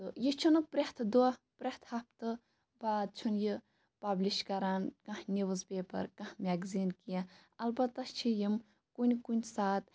یہِ چھُنہٕ پرٛٮ۪تھ دۄہ پرٛٮ۪تھ ہَفتہٕ باد چھُنہٕ یہِ پَبلِش کَران کانٛہہ نِوٕز پیپَر کانٛہہ میگزیٖن کینٛہہ اَلبَتہ چھِ یِم کُنہِ کُنہِ ساتہٕ